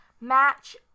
match